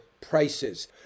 prices